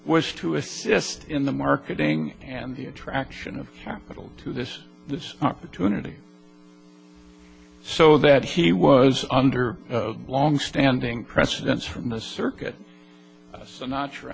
was to assist in the marketing and the attraction of capital to this this opportunity so that he was under long standing precedents from the circuit